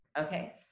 okay